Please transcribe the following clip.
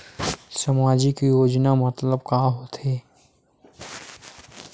सामजिक योजना मतलब का होथे?